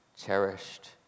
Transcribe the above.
cherished